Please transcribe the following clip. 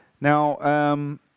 Now